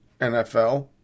NFL